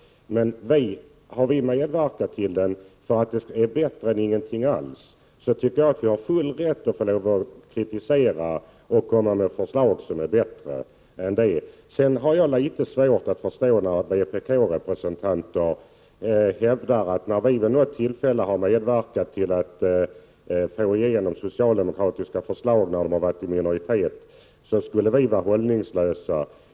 Men vi medverkade till den, eftersom den var bättre än ingenting alls. Då tycker jag att vi har full rätt att kritisera och komma med förslag som är bättre. Sedan har jag litet svårt att förstå när vpk-representanter hävdar att vi har varit hållningslösa när vi vid något tillfälle har medverkat till att få igenom socialdemokratiska förslag, då socialdemokraterna har befunnit sig i minori 95 tet.